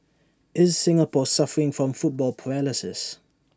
is Singapore suffering from football paralysis